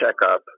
checkup